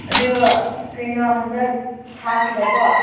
ꯑꯗꯣ ꯀꯩꯅꯣ ꯍꯟꯗꯛ ꯊꯥꯁꯤꯗ ꯀꯣ